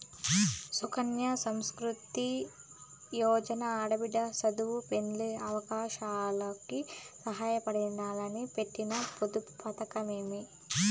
సుకన్య సమృద్ది యోజన ఆడబిడ్డ సదువు, పెండ్లి అవసారాలకి సాయపడాలని పెట్టిన పొదుపు పతకమమ్మీ